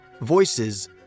Voices